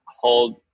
hold